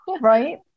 Right